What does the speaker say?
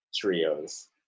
trios